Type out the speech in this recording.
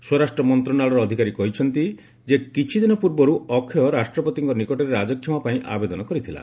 ସ୍ୱରାଷ୍ଟ୍ର ମନ୍ତ୍ରଣାଳୟର ଅଧିକାରୀ କହିଛନ୍ତି ଯେ କିଛିଦିନ ପୂର୍ବରୁ ଅକ୍ଷୟ ରାଷ୍ଟ୍ରପତିଙ୍କ ନିକଟରେ ରାଜକ୍ଷମା ପାଇଁ ଆବେଦନ କରିଥିଲା